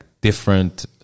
different